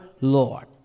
Lord